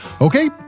Okay